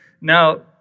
Now